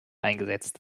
eingesetzt